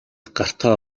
гартаа